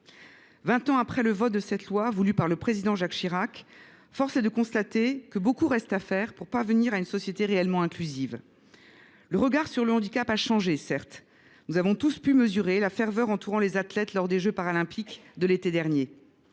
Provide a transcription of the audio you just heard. ans après le vote de cette loi, force est de constater que beaucoup reste à faire pour parvenir à une société réellement inclusive. Le regard sur le handicap a certes changé : nous avons tous pu mesurer la ferveur entourant les athlètes lors des jeux Paralympiques de l’été dernier,